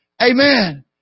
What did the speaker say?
Amen